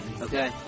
Okay